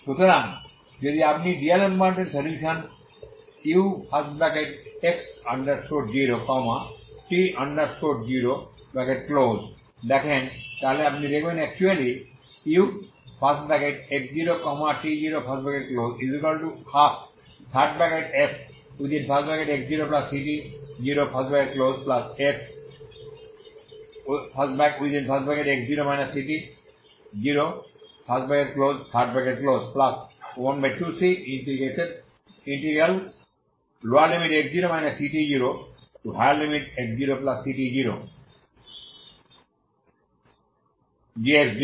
সুতরাং যদি আপনি ডিঅ্যালেমবার্ট DAlembert এর সলিউশন u x 0 t 0 দেখেন যে আসলে actually ux0t012fx0ct0fx0 ct012cx0 ct0x0ct0gdx